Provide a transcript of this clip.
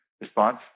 response